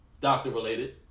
doctor-related